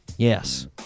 Yes